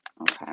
okay